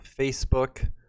Facebook